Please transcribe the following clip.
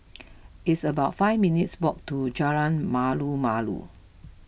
it's about five minutes' walk to Jalan Malu Malu